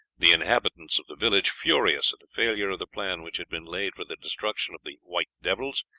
the inhabitants of the village, furious at the failure of the plan which had been laid for the destruction of the white devils,